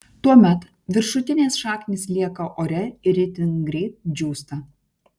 tuomet viršutinės šaknys lieka ore ir itin greit džiūsta